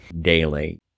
daily